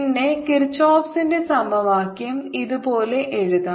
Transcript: പിന്നെ കിർചോഫിന്റെ സമവാക്യം ഇതുപോലെ എഴുതാം